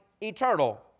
eternal